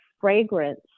fragrance